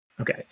Okay